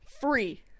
Free